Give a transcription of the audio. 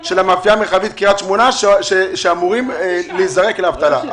במאפייה המרחבית קריית שמונה שאמורים להיזרק לאבטלה.